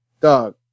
dog